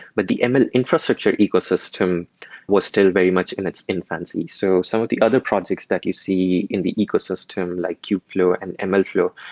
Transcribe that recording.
but the ml infrastructure ecosystem was still very much in its infancy. so some of the other projects that you see in the ecosystem, like kubflow and and mlflow,